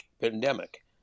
pandemic